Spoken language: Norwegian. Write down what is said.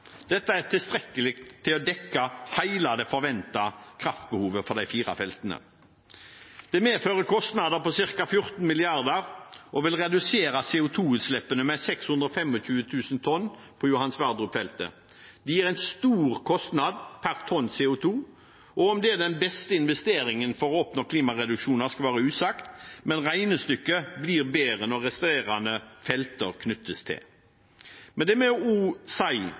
Dette er tilstrekkelig til å dekke hele det forventede kraftbehovet til de fire feltene. Det medfører kostnader på ca. 14 mrd. kr og vil redusere CO 2 -utslippene med 625 000 tonn på Johan Sverdrup-feltet. Det gir en stor kostnad per tonn CO 2 . Om det er den beste investeringen for å oppnå klimareduksjoner, skal være usagt, men regnestykket blir bedre når resterende felter knyttes til. Men det